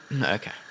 Okay